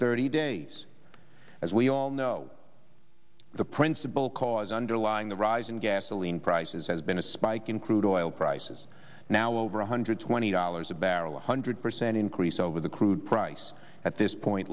thirty days as we all know the principal cause underlying the raw as in gasoline prices has been a spike in crude oil prices now over one hundred twenty dollars a barrel one hundred percent increase over the crude price at this point